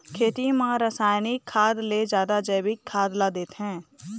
खेती म रसायनिक खाद ले जादा जैविक खाद ला देथे